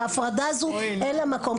וההפרדה הזו אין לה מקום,